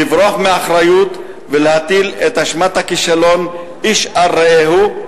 לברוח מאחריות ולהטיל את אשמת הכישלון איש על רעהו,